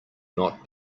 not